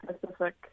Pacific